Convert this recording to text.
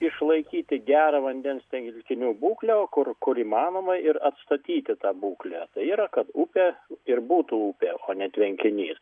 išlaikyti gerą vandens telkinių būklę o kur kur įmanoma ir atstatyt tą būklę tai yra kad upė ir būtų upė o ne tvenkinys